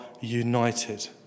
united